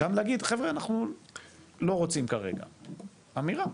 גם להגיד חבר'ה אנחנו לא רוצים כרגע אמירה.